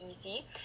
easy